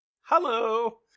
Hello